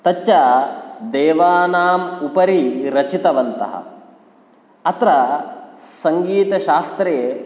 तच्च देवानाम् उपरि रचितवन्तः अत्र सङ्गीतशास्त्रे